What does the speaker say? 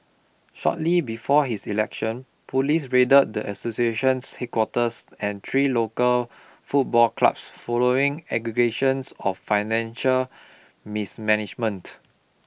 shortly before his election police raided the association's headquarters and three local football clubs following allegations of financial mismanagement